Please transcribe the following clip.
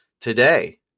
today